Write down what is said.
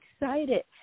excited